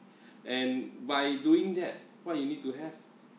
and by doing that what you need to have